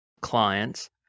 clients